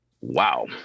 wow